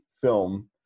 film